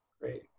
Great